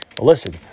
Listen